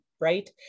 right